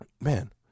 man